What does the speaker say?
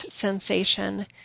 sensation